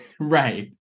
right